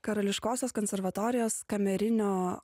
karališkosios konservatorijos kamerinio